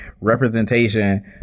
representation